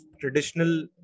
traditional